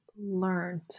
learned